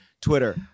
Twitter